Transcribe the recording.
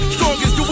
Strongest